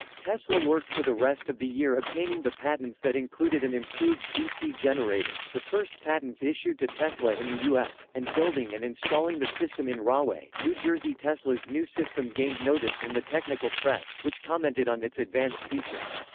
tesla worked for the rest of the year obtaining the patents that included an improved dc generator, the first patents issued to tesla in the us, and building and installing the system in rahway, new jersey tesla's new system gained notice in the technical press, which commented on its advanced features.